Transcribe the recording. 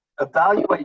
evaluate